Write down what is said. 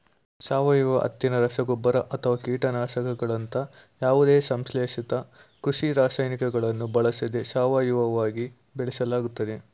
ಸಾವಯವ ಹತ್ತಿನ ರಸಗೊಬ್ಬರ ಅಥವಾ ಕೀಟನಾಶಕಗಳಂತಹ ಯಾವುದೇ ಸಂಶ್ಲೇಷಿತ ಕೃಷಿ ರಾಸಾಯನಿಕಗಳನ್ನು ಬಳಸದೆ ಸಾವಯವವಾಗಿ ಬೆಳೆಸಲಾಗ್ತದೆ